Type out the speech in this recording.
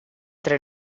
tre